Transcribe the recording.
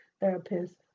therapist